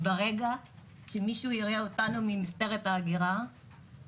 ברגע שמישהו יראה אותנו ממשטרת ההגירה,